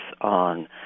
on